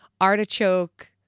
artichoke